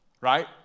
right